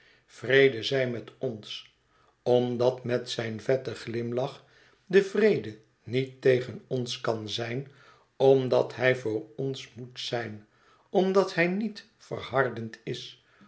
zij met ons omdat met zijn vetten glimlach de vrede niet tegen ons kan zijn omdat hij voor ons moet zijn omdat hij niet verhardend is